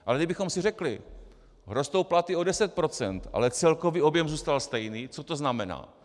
Ale kdybychom si řekli: Rostou platy o 10 %, ale celkový objem zůstal stejný, co to znamená?